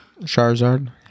Charizard